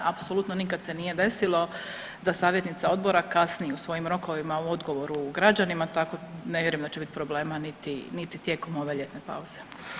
Apsolutno se nikad nije desilo da savjetnica odbora kasni u svojim rokovima u odgovoru građanima, tako ne vjerujem da će biti problema niti tijekom ove ljetne pauze.